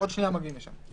עוד שנייה מגיעים לשם.